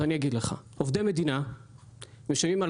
אז אני אגיד לך: עובדי מדינה משלמים על